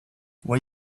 when